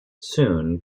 soon